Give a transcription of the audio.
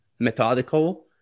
methodical